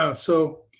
ah so